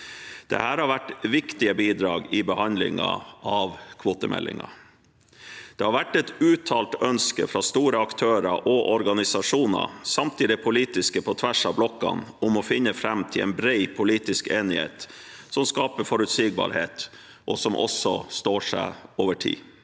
Dette har vært viktige bidrag i behandlingen av kvotemeldingen. Det har vært et uttalt ønske fra store aktører og organisasjoner samt politisk på tvers av blokkene om å finne fram til en bred politisk enighet som skaper forutsigbarhet, og som også står seg over tid.